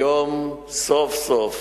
היום סוף-סוף